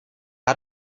hat